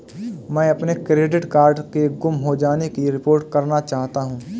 मैं अपने debit card के गुम हो जाने की रिपोर्ट करना चाहता हूँ